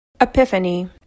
epiphany